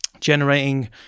generating